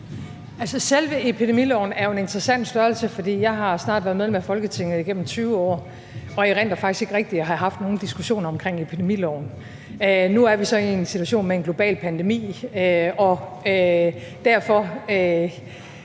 selve epidemiloven er jo en interessant størrelse. Jeg har snart været medlem af Folketinget igennem 20 år og erindrer faktisk ikke rigtig at have haft nogen diskussioner om epidemiloven. Nu er vi så i en situation med en global pandemi, og derfor